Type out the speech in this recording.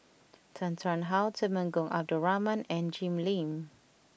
Tan Tarn How Temenggong Abdul Rahman and Jim Lim